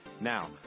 Now